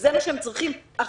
וזה מה שהם צריכים עכשיו.